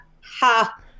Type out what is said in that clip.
ha